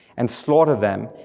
and slaughter them,